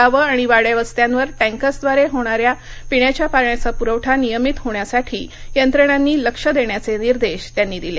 गावं आणि वाङ्या वस्त्यावर टैंकर्सद्वारे होणारा पिण्याच्या पाण्याचा पुरवठा नियमित होण्यासाठी यंत्रणांनी लक्ष देण्याचे निर्देश त्यांनी दिले